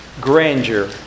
grandeur